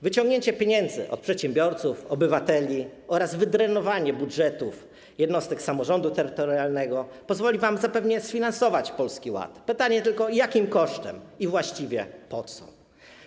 Wyciągnięcie pieniędzy od przedsiębiorców, obywateli oraz wydrenowanie budżetów jednostek samorządu terytorialnego pozwoli wam zapewne sfinansować Polski Ład, nasuwa się jednak pytanie, jakim kosztem i właściwie po co.